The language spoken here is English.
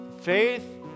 Faith